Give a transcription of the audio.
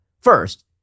First